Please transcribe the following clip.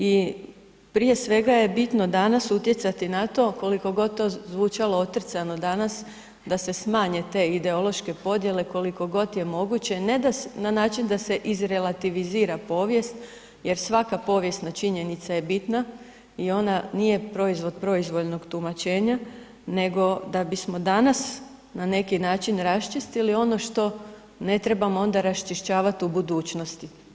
I prije svega je bitno danas utjecati na to koliko god to zvučalo otrcano danas, da se smanje te ideološke podjele koliko god je moguće, ne na način da se iz relativizira povijest jer svaka povijesna činjenica je bitna i ona nije proizvod proizvoljnog tumačenja nego da bismo danas na neki način raščistili ono što ne trebamo onda raščišćavati u budućnosti.